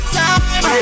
time